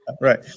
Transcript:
right